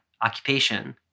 Occupation